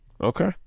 Okay